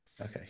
Okay